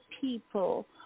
people